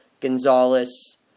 Gonzalez